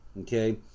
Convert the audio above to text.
okay